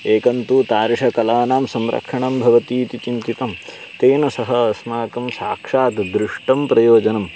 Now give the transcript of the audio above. एकं तु तादृशानां कलानां संरक्षणं भवति इति चिन्तितं तेन सह अस्माकं साक्षात् दृष्टं प्रयोजनम्